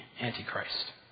Antichrist